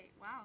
Wow